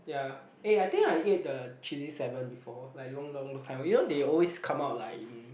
ya eh I think I ate the cheesy seven before like long long time you know they always come up like in